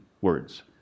words